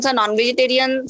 non-vegetarian